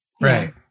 Right